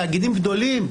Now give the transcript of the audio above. תאגידים גדולים.